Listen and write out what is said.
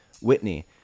Whitney